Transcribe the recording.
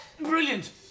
Brilliant